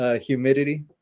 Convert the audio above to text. Humidity